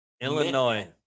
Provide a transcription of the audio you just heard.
illinois